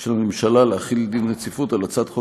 של הממשלה להחיל דין רציפות על הצעת חוק